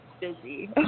busy